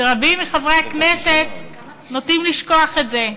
ורבים מחברי הכנסת נוטים לשכוח את זה.